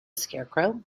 scarecrow